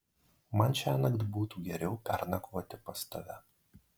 man šiąnakt būtų geriau pernakvoti pas tave